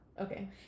Okay